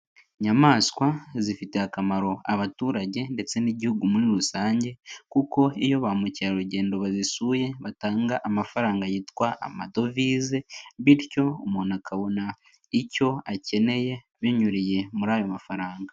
Inyayamaswa zifitiye akamaro abaturage ndetse n'igihugu muri rusange kuko iyo ba mukerarugendo bazisuye batanga amafaranga yitwa amadovize bityo umuntu akabona icyo akeneye binyuriye muri ayo mafaranga.